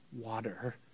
water